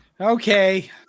Okay